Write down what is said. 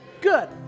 good